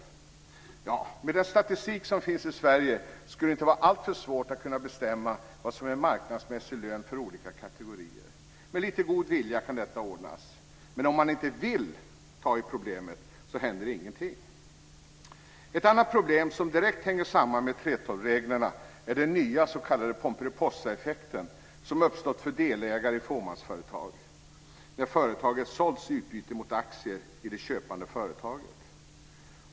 Ja, med den statistik som finns i Sverige skulle det inte vara alltför svårt att kunna bestämma vad som är marknadsmässig lön för olika kategorier. Med lite god vilja kan detta ordnas. Men om man inte vill ta i problemet händer ingenting. Ett annat problem som direkt hänger samman med 3:12-reglerna är den nya s.k. pomperipossaeffekt som uppstått för delägare i fåmansföretag när företaget sålts i utbyte mot aktier i det köpande företaget.